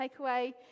takeaway